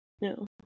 No